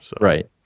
Right